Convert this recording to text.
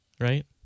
right